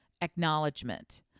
acknowledgement